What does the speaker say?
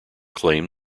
claim